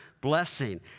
blessing